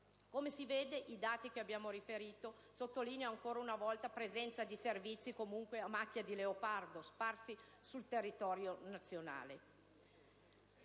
Come si vede, i dati che abbiamo riferito sottolineano ancora una volta la presenza di servizi a macchia di leopardo sparsi sul territorio nazionale.